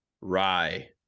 rye